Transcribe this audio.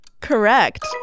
Correct